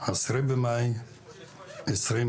ה-10 במאי 2022,